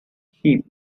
sheep